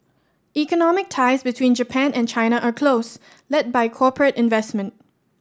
economic ties between Japan and China are close led by corporate investment